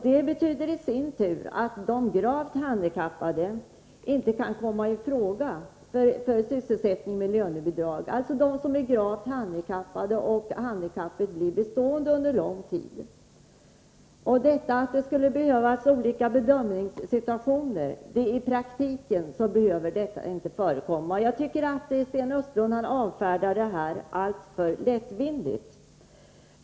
Det betyder i sin tur att de gravt handikappade inte kan komma i fråga för sysselsättning med lönebidrag — alltså de som är gravt handikappade och för vilka handikappet blivit bestående under en lång tid. Det behöver inte förekomma olika bedömningssituationer i praktiken. Jag tycker att Sten Östlund har avfärdat detta alltför lättvindigt.